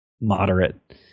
moderate